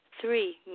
Three